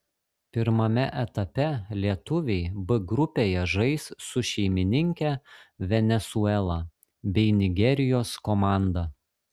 pirmame etape lietuviai b grupėje žais su šeimininke venesuela bei nigerijos komanda